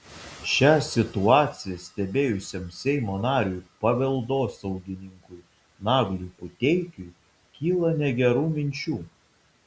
šią situaciją stebėjusiam seimo nariui paveldosaugininkui nagliui puteikiui kyla negerų minčių